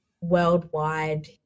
worldwide